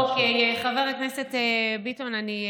אוקיי, חבר הכנסת ביטון, אני,